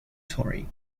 tory